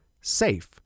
SAFE